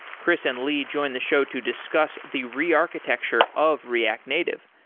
chris and lee join the show to discuss the rearchitecture of react native,